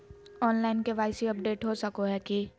Online KYC update हो सको है की?